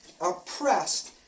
oppressed